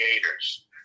creators